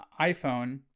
iPhone